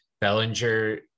Bellinger